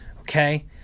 okay